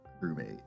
roommate